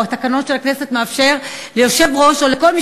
או התקנון של הכנסת מאפשר ליושב-ראש או לכל מי